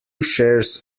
shares